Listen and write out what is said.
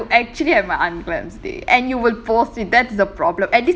ya you actually have my unglamorous dey and you will post it that's the problem at least